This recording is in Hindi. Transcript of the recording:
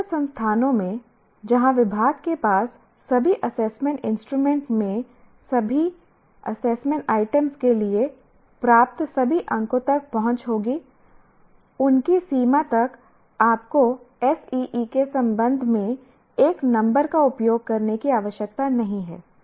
स्वायत्त संस्थानों में जहाँ विभाग के पास सभी असेसमेंट इंस्ट्रूमेंट में सभी असेसमेंट आइटम्स के लिए प्राप्त सभी अंकों तक पहुँच होगी उनकी सीमा तक आपको SEE के संबंध में एक नंबर का उपयोग करने की आवश्यकता नहीं है